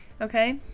okay